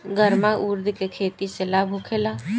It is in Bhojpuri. गर्मा उरद के खेती से लाभ होखे ला?